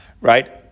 right